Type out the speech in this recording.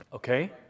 Okay